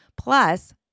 plus